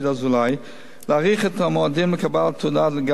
להאריך את המועדים לקבלת תעודה לגבי מי שהיתה בידו